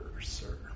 sir